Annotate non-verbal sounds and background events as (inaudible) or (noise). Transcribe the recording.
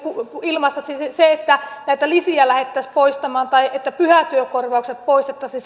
ilmassa myös se että näitä lisiä lähdettäisiin poistamaan tai että pyhätyökorvaukset poistettaisiin (unintelligible)